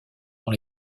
dans